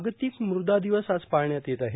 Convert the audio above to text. जागतिक मृदा दिवस आज पाळण्यात येत आहे